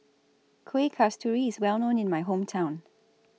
Kueh Kasturi IS Well known in My Hometown